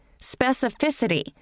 Specificity